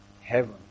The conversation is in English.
heaven